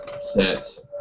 sets